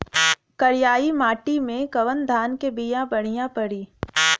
करियाई माटी मे कवन धान के बिया बढ़ियां पड़ी?